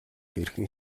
хэрхэн